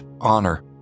honor